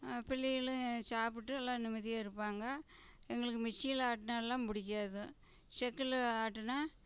பிள்ளைகளும் சாப்பிட்டு எல்லாம் நிம்மதியாக இருப்பாங்க எங்களுக்கு மிக்சியில் ஆட்டினாலாம் பிடிக்காது செக்கில் ஆட்டுனால்